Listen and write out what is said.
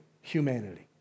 humanity